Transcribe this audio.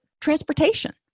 transportation